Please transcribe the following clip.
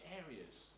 areas